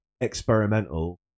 experimental